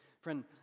Friend